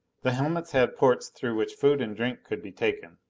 the helmets had ports through which food and drink could be taken.